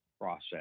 process